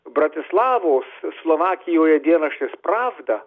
bratislavos slovakijoje dienraštis pravda